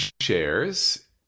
shares